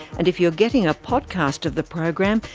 and if you're getting a podcast of the program,